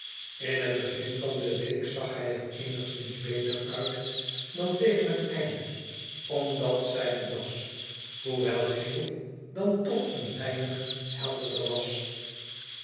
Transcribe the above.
in het begin van de week zag hij er eenigszins beter uit dan tegen het einde omdat zijne das hoewelgeel dan toch een weinig helderder was